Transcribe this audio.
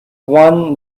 one